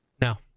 No